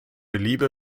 liebe